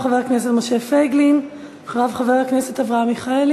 חבר הכנסת דב חנין, אחריו, חבר הכנסת משה פייגלין,